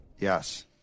yes